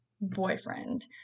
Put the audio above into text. boyfriend